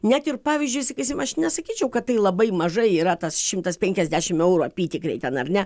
net ir pavyzdžiui sakysim aš nesakyčiau kad tai labai mažai yra tas šimtas penkiasdešim eurų apytikriai ten ar ne